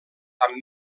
amb